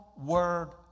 Word